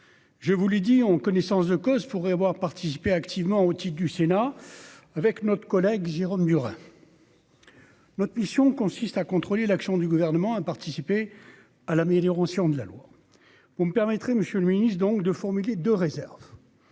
Je vous le dis, en connaissance de cause, pour avoir participé activement au titre du sénat avec notre collègue Jérôme Bureau. Notre mission consiste à contrôler l'action du gouvernement à participer à l'amélioration de la loi, vous me permettrez monsieur le Ministre, donc de formuler de réserves